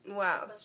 wow